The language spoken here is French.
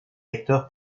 lecteur